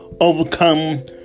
overcome